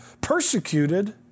persecuted